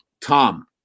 Tom